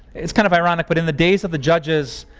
it's kind of ironic, but in the days of the judges,